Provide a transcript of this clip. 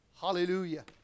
Hallelujah